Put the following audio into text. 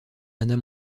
hannah